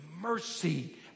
Mercy